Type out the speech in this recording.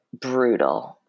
brutal